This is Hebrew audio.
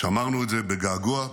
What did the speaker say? שמרנו את זה בגעגוע,